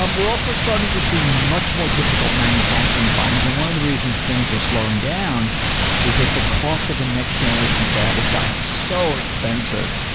um we're also starting to see much more difficult manufacturing problems. and one of the reasons things are slowing down is that the cost of a next-generation fab has gotten so expensive,